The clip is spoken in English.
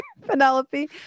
Penelope